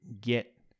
get